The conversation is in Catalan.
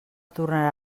tornarà